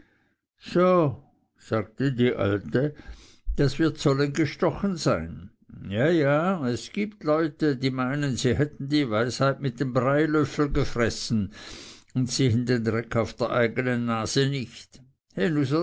so sagte die alte das wird sollen gestochen sein ja ja es gibt leute sie meinen sie hätten die weisheit mit dem breilöffel gefressen und sehen den dreck auf der eignen nase nicht